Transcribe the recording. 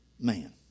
man